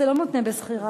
זה לא מותנה בשכירת,